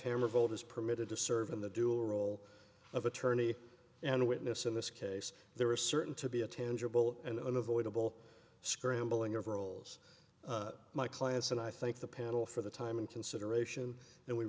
revote is permitted to serve in the dual role of attorney and witness in this case there are certain to be a tangible and unavoidable scrambling of roles my clients and i think the panel for the time and consideration and we